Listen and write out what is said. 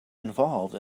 involved